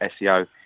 SEO